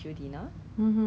then 然后我的